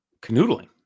Canoodling